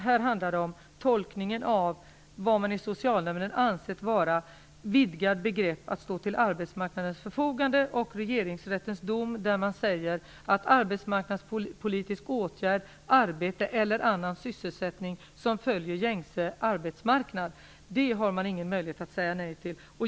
Det handlar om tolkningen av vad man i Socialnämnden har ansett vara en utvidgning av begreppet att stå till arbetsmarknadens förfogande och Regeringsrättens dom där man säger att arbetsmarknadspolitisk åtgärd, arbete eller annans sysselsättning som följer gängse arbetsmarknad skall det inte finnas någon möjlighet att säga nej till.